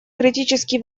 критически